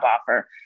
offer